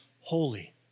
holy